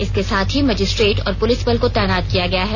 इसके साथ ही मजिस्ट्रेट और पुलिस बल को तैनात किया गया है